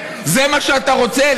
זה מה שאתה רוצה?